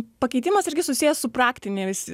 pakeitimas irgi susijęs su praktiniais